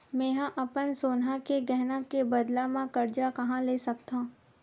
मेंहा अपन सोनहा के गहना के बदला मा कर्जा कहाँ ले सकथव?